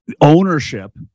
ownership